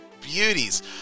Beauties